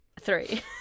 Three